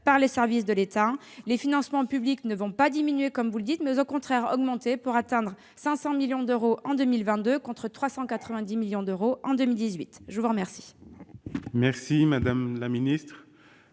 par les services de l'État. Les financements publics ne vont pas diminuer comme vous le dites, mais vont au contraire augmenter pour atteindre 500 millions d'euros en 2022, contre 390 millions en 2018. La parole est à Mme Sabine